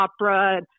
opera